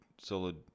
solid